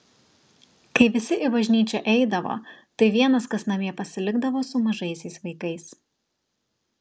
kai visi į bažnyčią eidavo tai vienas kas namie pasilikdavo su mažaisiais vaikais